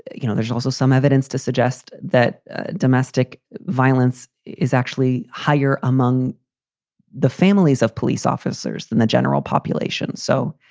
you know, there's also some evidence to suggest that domestic violence is actually higher among the families of police officers than the general population. so,